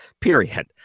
period